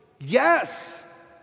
yes